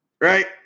Right